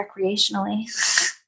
recreationally